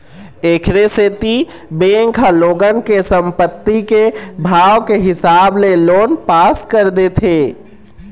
एखरे सेती बेंक ह लोगन के संपत्ति के भाव के हिसाब ले लोन पास कर देथे